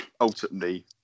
ultimately